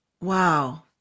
Wow